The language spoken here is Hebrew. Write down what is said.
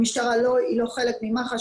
המשטרה היא לא חלק ממח"ש,